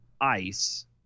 ICE